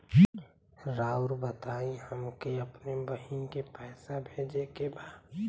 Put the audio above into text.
राउर बताई हमके अपने बहिन के पैसा भेजे के बा?